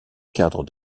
cadre